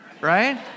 right